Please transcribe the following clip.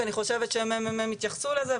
כי אני חושבת שהממ"מ התייחסו לזה,